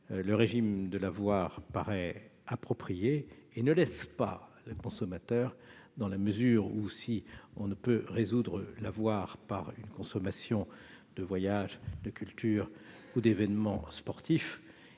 Le régime de l'avoir paraît approprié et ne lèse pas les consommateurs dans la mesure où, si l'on ne peut résoudre l'avoir par une consommation de voyage, de culture ou d'événement sportif